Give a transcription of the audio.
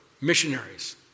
missionaries